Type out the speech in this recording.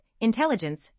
intelligence